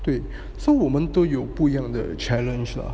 对 so 我们都有不一样的 challenge lah